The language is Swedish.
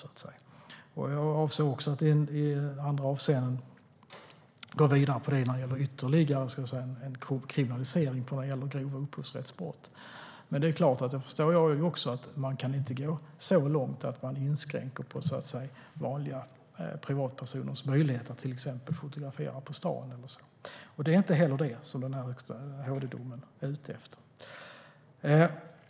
Jag har också för avsikt att gå vidare när det gäller en ytterligare kriminalisering av grova upphovsrättsbrott. Men det är klart att jag också förstår att man inte kan gå så långt att man inskränker vanliga privatpersoners möjligheter att till exempel fotografera på stan. Det är inte heller det man är ute efter i HD-domen.